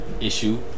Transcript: issue